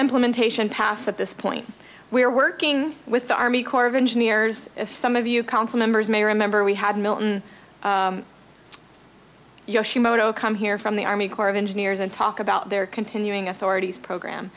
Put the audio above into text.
implementation pass at this point we are working with the army corps of engineers if some of you council members may remember we had milton yoshi moto come here from the army corps of engineers and talk about their continuing authorities program